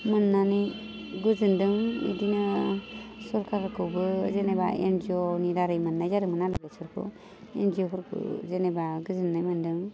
मोननानै गोजोन्दों बिदिनो सरकारखौबो जेनेबा एनजिअनि दारै मोननाय जादोंमोन नालाय बेसरखौ एनजिअफोरखौ जेनेबा गोजोन्नाय मोन्दों